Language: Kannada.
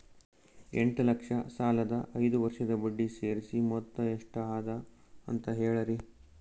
ಎಂಟ ಲಕ್ಷ ಸಾಲದ ಐದು ವರ್ಷದ ಬಡ್ಡಿ ಸೇರಿಸಿ ಮೊತ್ತ ಎಷ್ಟ ಅದ ಅಂತ ಹೇಳರಿ?